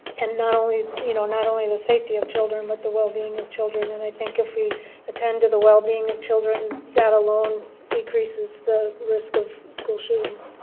and not only you know not only the safety of children, but the well-being of children. and i think if we attend to the well-being of children, that alone decreases the risk of school shootings.